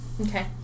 Okay